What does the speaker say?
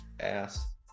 Ass